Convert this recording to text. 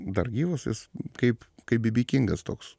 dar gyvas jis kaip kaip bibikingas toks